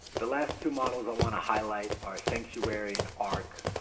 the last two models i want to highlight are sanctuary and arc,